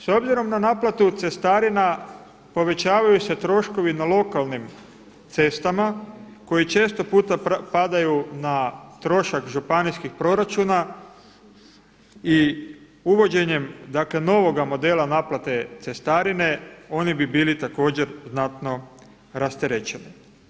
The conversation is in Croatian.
S obzirom na naplatu cestarina povećavaju se troškovi na lokalnim cestama koji često puta padaju na trošak županijskih proračuna i uvođenjem dakle novoga modela naplate cestarine oni bi bili također znatno rasterećeni.